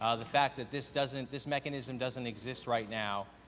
ah the fact that this doesn't this mechanism doesn't exist right now,